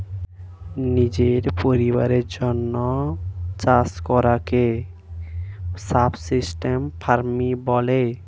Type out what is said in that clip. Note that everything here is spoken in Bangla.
নিজের পরিবারের জন্যে চাষ করাকে সাবসিস্টেন্স ফার্মিং বলে